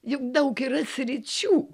juk daug yra sričių